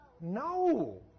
No